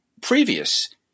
Previous